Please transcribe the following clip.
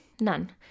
None